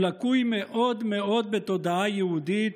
הוא לקוי מאוד מאוד בתודעה יהודית,